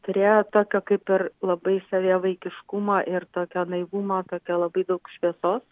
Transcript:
turėjo tokio kaip ir labai savyje vaikiškumo ir tokio naivumo tokio labai daug šviesos